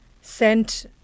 sent